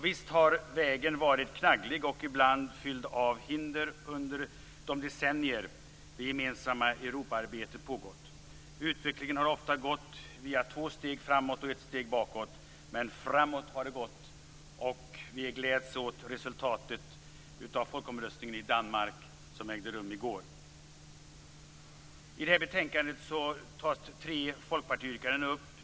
Visst har vägen varit knagglig och ibland fylld av hinder under de decennier det gemensamma Europaarbetet pågått. Utvecklingen har ofta gått via två steg framåt och ett steg bakåt, men det har gått framåt. Vi gläds åt resultatet av folkomröstningen i Danmark som ägde rum i går. I detta betänkande tas tre folkpartiyrkanden upp.